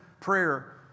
prayer